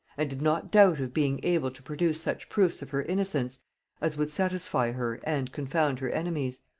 and did not doubt of being able to produce such proofs of her innocence as would satisfy her and confound her enemies.